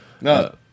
No